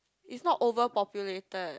it's not over populated